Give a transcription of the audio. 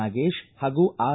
ನಾಗೇಶ್ ಹಾಗೂ ಆರ್